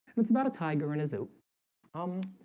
it's about a tiger in a zoo um,